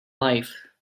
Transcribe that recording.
life